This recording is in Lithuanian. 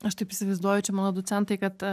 aš taip įsivaizduoju čia mano du centai kad